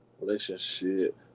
relationship